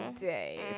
days